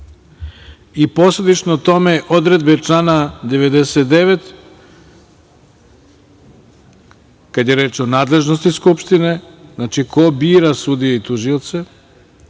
i posledično tome odredbe člana 99, kad je reč o nadležnosti Skupštine, znači ko bira sudije i tužioce,